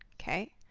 okay.